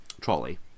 trolley